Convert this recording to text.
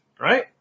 right